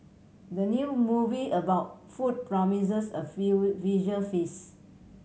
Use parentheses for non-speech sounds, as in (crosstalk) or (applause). the new movie about food promises a (unintelligible) visual feast